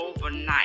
overnight